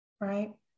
right